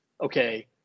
okay